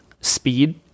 speed